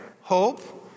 hope